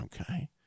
okay